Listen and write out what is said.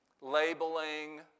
labeling